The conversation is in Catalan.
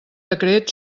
decret